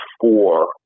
four